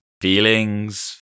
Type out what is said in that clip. Feelings